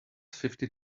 fifty